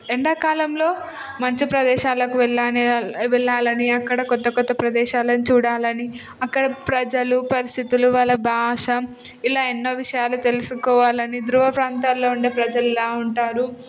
ఎండాకాలంలో మంచు ప్రదేశాలకు వెళ్ళాల వెళ్ళాలని అక్కడ కొత్త కొత్త ప్రదేశాలను చూడాలని అక్కడ ప్రజలు పరిస్థితులు వాళ్ళ భాష ఇలా ఎన్నో విషయాలు తెలుసుకోవాలని ధృవ ప్రాంతాల్లో ఉండే ప్రజలు ఎలా ఉంటారు